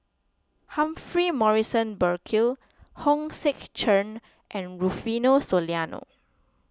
Humphrey Morrison Burkill Hong Sek Chern and Rufino Soliano